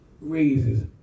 raises